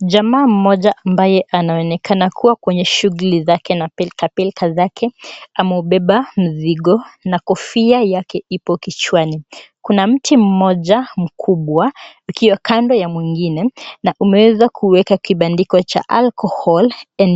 Jamaa mmoja ambaye anaonekana kuwa kwenye shughuli na pilkapilka zake ameubeba mzigo na kofia yake ipo kichwani. Kuna mti mmoja mkubwa ukiwa kando ya mwingine na umeweza kuwekwa kibandiko cha ALCOHOL &